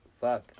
fuck